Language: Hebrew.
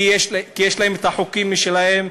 כי יש להם חוקים משלהם,